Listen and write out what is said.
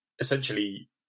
essentially